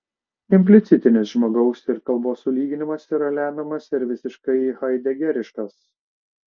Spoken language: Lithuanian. implicitinis žmogaus ir kalbos sulyginimas yra lemiamas ir visiškai haidegeriškas